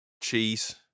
Cheese